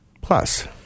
Plus